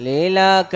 Lila